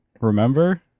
Remember